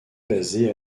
basée